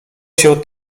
się